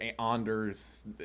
Anders